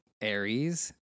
Aries